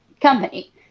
company